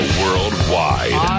worldwide